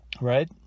right